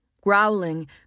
Growling